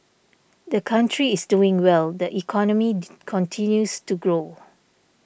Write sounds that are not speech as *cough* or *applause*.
the country is doing well the economy *noise* continues to grow